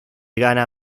gana